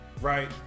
right